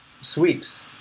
sweeps